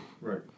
Right